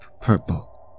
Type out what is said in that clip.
purple